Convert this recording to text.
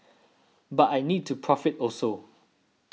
but I need to profit also